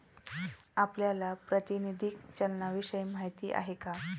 आपल्याला प्रातिनिधिक चलनाविषयी माहिती आहे का?